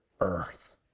Earth